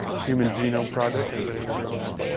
human genome project. anybody ever hear of that?